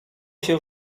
się